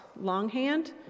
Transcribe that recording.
longhand